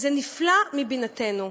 זה נפלא מבינתנו.